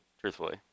truthfully